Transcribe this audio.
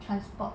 transport